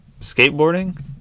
skateboarding